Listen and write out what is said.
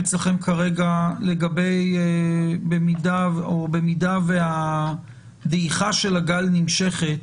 לשינויים ולשאלה האם במידה ודעיכת הגל נמשכת,